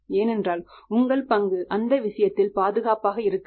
ஏனென்றால் உங்கள் பங்கு அந்த விஷயத்தில் பாதுகாப்பாக இருக்காது